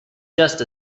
just